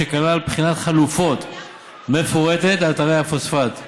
שכלל בחינת חלופות מפורטת לאתרי הפוספט.